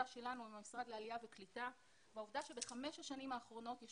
שלנו עם המשרד לעלייה וקליטה והעובדה שבחמש השנים האחרונות יש